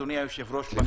אדוני היושב-ראש,